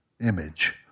image